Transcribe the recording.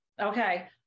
Okay